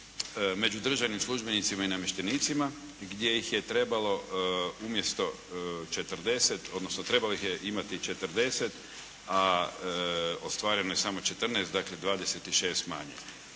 među državnim službenicima i namještenicima gdje ih je trebalo umjesto 40, odnosno trebalo ih je imati 40, a ostvareno je samo 14, dakle, 26 manje.